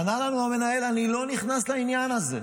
ענה לנו המנהל: אני לא נכנס לעניין הזה.